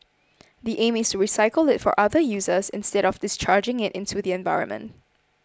the aim is to recycle it for other uses instead of discharging it into the environment